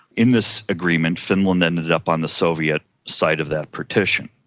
in this agreement finland ended up on the soviet side of that partition,